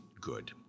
Good